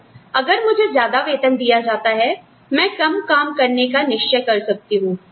तो अगर मुझे ज्यादा वेतन दिया जाता है मैं कम काम करने का निश्चय कर सकती हूं